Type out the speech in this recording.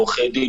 מעורכי הדין,